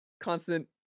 constant